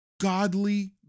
godly